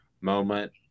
moment